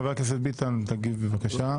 חבר הכנסת ביטן, תגיב בבקשה.